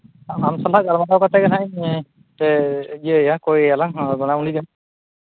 ᱟᱢ ᱥᱟᱞᱟᱜ ᱜᱟᱞᱢᱟᱨᱟᱣ ᱠᱟᱛᱮ ᱜᱮ ᱦᱟᱸᱜ ᱤᱧ ᱤᱭᱟᱹᱭᱟ ᱠᱚᱭᱮᱭᱟᱞᱟᱝ ᱩᱱᱤᱜᱮ